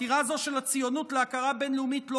חתירה זו של הציונות להכרה בין-לאומית לא